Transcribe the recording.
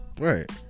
right